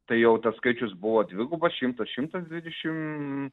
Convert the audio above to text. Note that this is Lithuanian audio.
tai jau tas skaičius buvo dvigubas šimtas šimtas dvidešim